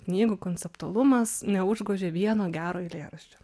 knygų konceptualumas neužgožė vieno gero eilėraščio